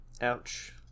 Ouch